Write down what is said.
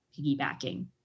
piggybacking